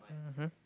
mmhmm